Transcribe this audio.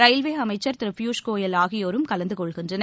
railway அமைச்சர் திரு பியூஷ் கோயல் ஆகியோரும் கலந்து கொள்கின்றனர்